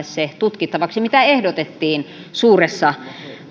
se perustuslakivaliokunnalle tutkittavaksi mitä ehdotettiin suuressa